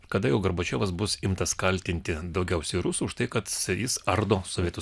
kada jau gorbačiovas bus imtas kaltinti daugiausiai rusų už tai kad jis ardo sovietų